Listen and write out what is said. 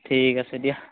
ঠিক আছে দিয়া